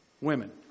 women